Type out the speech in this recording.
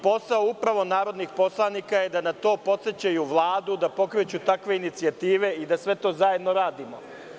Posao narodnih poslanika je upravo da na to podsećaju Vladu, da pokreću takve inicijative i da sve to zajedno radimo.